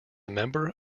member